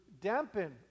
dampen